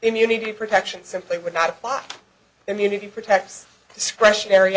immunity protection simply would not apply immunity protects discretionary